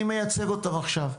אני מייצג אותם עכשיו.